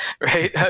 right